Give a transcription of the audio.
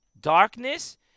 darkness